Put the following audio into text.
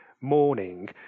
morning